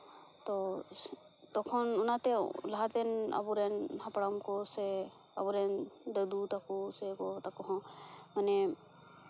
ᱛᱚ ᱛᱚᱷᱚᱠᱱ ᱚᱱᱟᱛᱮ ᱞᱟᱦᱟᱛᱮᱱ ᱟᱵᱚᱨᱮᱱ ᱦᱟᱯᱲᱟᱢ ᱠᱚ ᱥᱮ ᱟᱵᱚ ᱨᱮᱱ ᱫᱟᱹᱫᱩ ᱛᱟᱠᱚ ᱥᱮ ᱜᱚᱜᱚ ᱛᱟᱠᱚ ᱦᱚᱸ ᱢᱟᱱᱮ